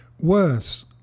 Worse